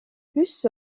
plus